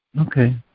okay